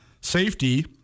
safety